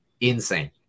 Insane